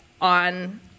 on